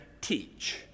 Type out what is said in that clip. teach